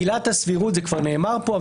עילת הסבירות זה כבר נאמר פה,